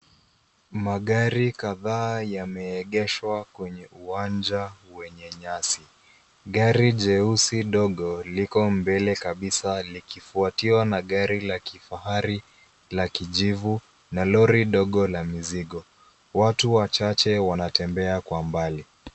Magari kadhaa yameegeshwa kwenye uwanja wenye nyasi. Gari jeusi ndogo liko mbele kabisa, likifuatiwa na gari la kifahari la kijivu na lori ndogo la mizigo. Watu wachache wanatembea kwa mbali.